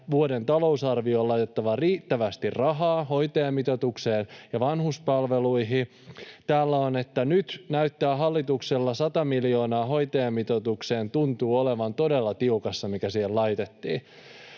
vuoden talousarvioon on laitettava riittävästi rahaa hoitajamitoitukseen ja vanhuspalveluihin.” Täällä on, että ”nyt hallituksella 100 miljoonaa hoitajamitoitukseen tuntuu olevan todella tiukassa”, mikä siihen laitettiin.